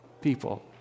people